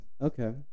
Okay